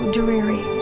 dreary